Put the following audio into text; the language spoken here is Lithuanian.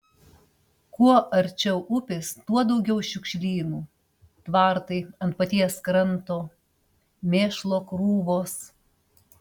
kuo arčiau upės tuo daugiau šiukšlynų tvartai ant paties kranto mėšlo krūvos